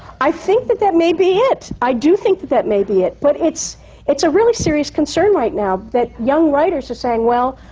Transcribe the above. i think that that may be it! i do think that that may be it. but it's it's a really serious concern right now, that young writers are saying, well,